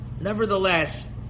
Nevertheless